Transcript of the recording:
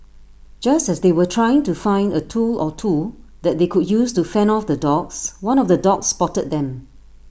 just as they were trying to find A tool or two that they could use to fend off the dogs one of the dogs spotted them